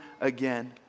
again